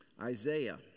Isaiah